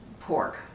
pork